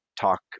talk